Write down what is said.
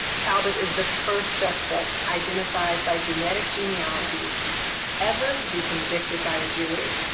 talbott is the first suspect identified by genetic genealogy ever to be convicted by a jury.